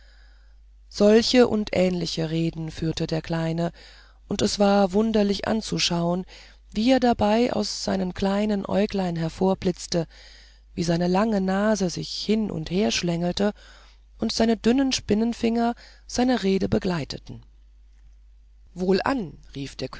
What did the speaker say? solche und ähnliche reden führte der kleine und es war wunderlich anzuschauen wie es dabei aus seinen kleinen äuglein hervorblitzte wie seine lange nase sich hin und her schlängelte und seine dünnen spinnenfinger seine rede begleiteten wohlan rief der